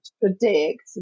predict